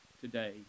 today